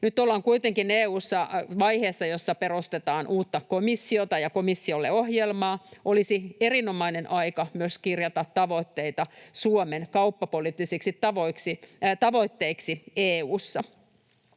Nyt ollaan kuitenkin EU:ssa vaiheessa, jossa perustetaan uutta komissiota ja komissiolle ohjelmaa. Olisi erinomainen aika myös kirjata tavoitteita Suomen kauppapoliittisiksi tavoitteiksi EU:ssa.